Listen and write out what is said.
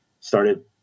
started